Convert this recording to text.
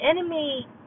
enemy